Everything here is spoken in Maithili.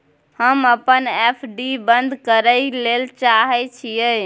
हम अपन एफ.डी बंद करय ले चाहय छियै